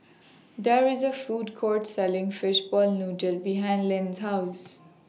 There IS A Food Court Selling Fishball Noodle behind Linn's House